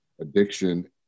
addiction